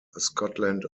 scotland